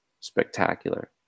spectacular